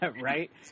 Right